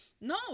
no